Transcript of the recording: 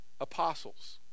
Apostles